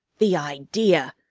the idea!